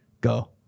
Go